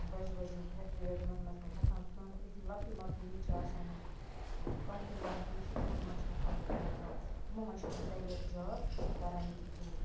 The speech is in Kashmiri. بَجہِ بَجہِ یِم پھیٚکٹری ویٚکٹری یِمَن مَنٛز تِم ہیٚکہٕ ہَن کٲم کٔرِتھ یِم لۄکٹی مۄکٹی یِم چھِ آسان یِم کمپنی ومپنی چھِ تِمَن مَنٛز چھِ ہیٚکان تِم تِمو مَنٛز چھِ تِم پرایویٹ جاب کَران ییٚتِک یِم